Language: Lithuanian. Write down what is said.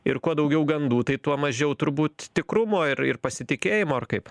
ir kuo daugiau gandų tai tuo mažiau turbūt tikrumo ir ir pasitikėjimo ar kaip